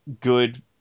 good